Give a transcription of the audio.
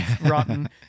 rotten